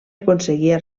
aconseguia